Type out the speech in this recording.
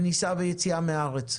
כניסה ויציאה מהארץ.